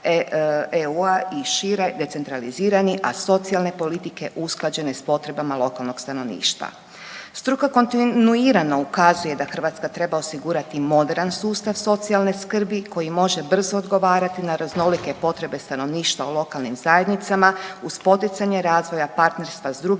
EU-a i šire decentralizirani, a socijalne politike usklađene s potrebama lokalnog stanovništva. Struka kontinuirano ukazuje da Hrvatska treba osigurati moderan sustav socijalne skrbi koji može brzo odgovarati na raznolike potrebe stanovništva u lokalnim zajednicama uz poticanje razvoja partnerstva s drugim